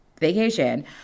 vacation